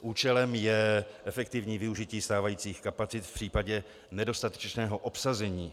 Účelem je efektivní využití stávajících kapacit v případě nedostatečného obsazení.